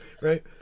right